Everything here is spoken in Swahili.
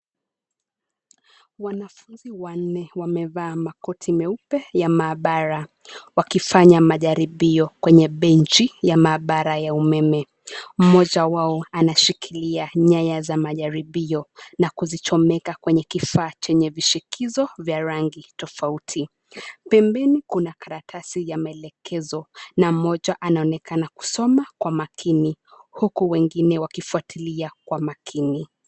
Wanafunzi wanna wamevaa makoti meupe ya maabara walifanya majaribio kwenye benchi ya maabara ya umeme. Mmoja wao anashikilia nyaya za majaribio, nakuzichomeka kwenye kifaa chenye vishikizo vya rangi tofauti. Pembeni kuna karatasi ya maekekezo na mmoja anaonekana kusoma kwa makini, huku wengine wakifuatilia kwa makini.